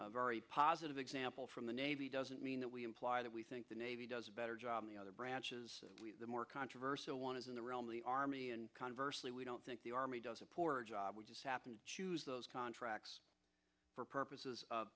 a very positive example from the navy doesn't mean that we imply that we think the navy does a better job in the other branches the more controversial one is in the realm of the army and conversely we don't think the army does a poor job we just happen to choose those contracts for purposes of